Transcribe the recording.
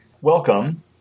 Welcome